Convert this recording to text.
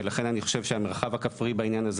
ולכן אני חושב שהמרחב הכפרי בעניין הזה